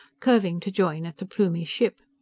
curving to join at the plumie ship.